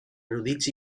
erudits